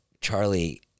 Charlie